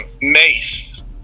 Mace